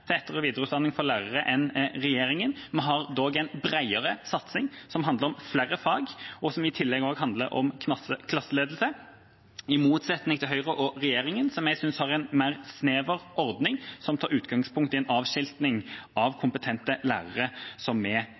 til etter- og videreutdanning for lærere enn regjeringa. Vi har dog en bredere satsing som handler om flere fag, og som i tillegg handler om klasseledelse, i motsetning til Høyre og regjeringa, som jeg synes har en mer snever ordning som tar utgangspunkt i en avskilting av kompetente lærere, noe vi er